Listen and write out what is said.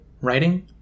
Writing